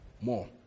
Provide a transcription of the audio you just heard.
more